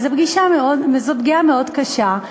וזו פגיעה מאוד קשה,